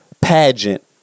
pageant